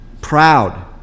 proud